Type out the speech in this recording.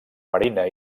marina